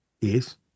Yes